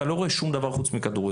אתה לא רואה שום דבר חוץ מכדורגל,